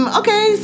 okay